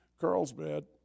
Carlsbad